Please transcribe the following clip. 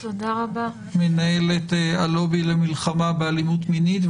מנהלת הלובי למלחמה באלימות מינית,